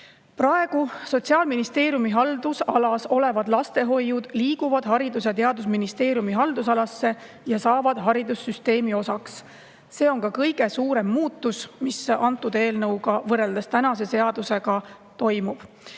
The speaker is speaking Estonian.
Praegu Sotsiaalministeeriumi haldusalas olevad lastehoiud liiguvad Haridus‑ ja Teadusministeeriumi haldusalasse ja saavad haridussüsteemi osaks. See on kõige suurem muutus, mis antud eelnõu kohaselt võrreldes kehtiva seadusega toimub.